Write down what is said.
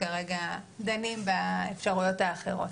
אנחנו כרגע דנים באפשרויות האחרות.